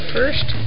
First